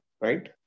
right